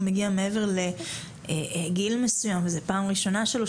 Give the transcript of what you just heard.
מגיע מעבר לגיל מסוים וזה פעם ראשונה שלו,